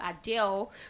Adele